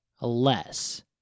less